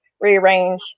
rearrange